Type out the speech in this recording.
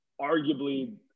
arguably